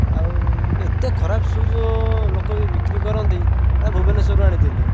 ଆଉ ଏତେ ଖରାପ ସୁଜ୍ ଲୋକ ବି ବିକ୍ରି କରନ୍ତି ଭୁବନେଶ୍ଵରରୁ ଆଣିଥିଲି